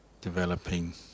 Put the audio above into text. developing